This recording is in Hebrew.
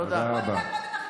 תודה רבה לכם.